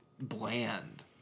bland